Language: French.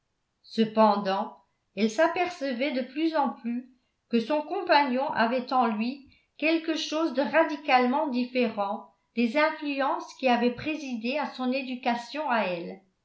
cependant elle s'apercevait de plus en plus que son compagnon avait en lui quelque chose de radicalement différent des influences qui avaient présidé à son éducation à elle